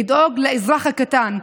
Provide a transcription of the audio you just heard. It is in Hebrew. לדאוג לאזרח הקטן,